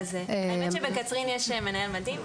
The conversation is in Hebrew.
האמת שבקצרין יש מנהל מדהים.